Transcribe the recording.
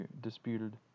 disputed